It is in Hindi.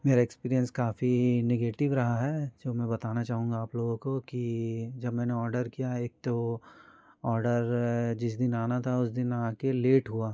मेरा एक्सपीरियंस काफ़ी नेगेटिव रहा है जो मैं बताना चाहूँगा आप लोगों को कि जब मैंने ऑर्डर किया एक तो ऑर्डर जिस दिन आना था उस दिन ना आ कर लेट हुआ